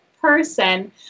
person